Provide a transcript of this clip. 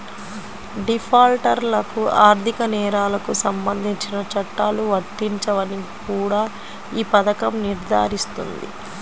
డిఫాల్టర్లకు ఆర్థిక నేరాలకు సంబంధించిన చట్టాలు వర్తించవని కూడా ఈ పథకం నిర్ధారిస్తుంది